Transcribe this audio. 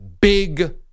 big